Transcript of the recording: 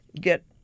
get